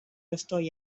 estoy